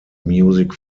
music